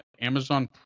Amazon